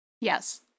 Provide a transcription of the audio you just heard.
Yes